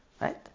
right